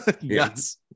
yes